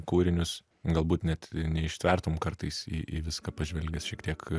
kūrinius galbūt net neištvertum kartais į viską pažvelgęs šiek tiek